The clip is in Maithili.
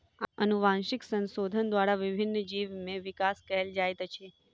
अनुवांशिक संशोधन द्वारा विभिन्न जीव में विकास कयल जाइत अछि